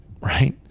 right